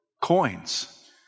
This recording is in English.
Coins